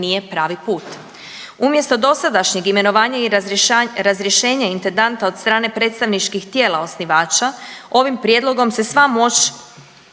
nije pravi put. Umjesto dosadašnjeg imenovanja i razrješenja intendanta od strane predstavničkih tijela osnivača ovim prijedlogom se sva moć